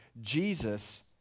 Jesus